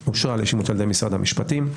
המשפטים,